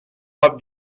pas